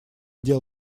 дел